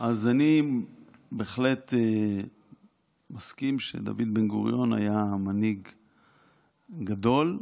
אני בהחלט מסכים שדוד בן-גוריון היה מנהיג גדול,